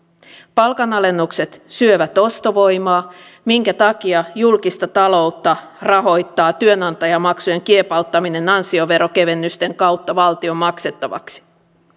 palkanalennukset syövät ostovoimaa minkä takia julkista taloutta rahoittaa työnantajamaksujen kiepauttaminen ansioverokevennysten kautta valtion maksettavaksi